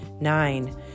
nine